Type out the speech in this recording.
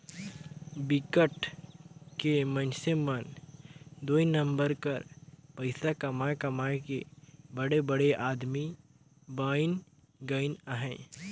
बिकट के मइनसे मन दुई नंबर कर पइसा कमाए कमाए के बड़े बड़े आदमी बइन गइन अहें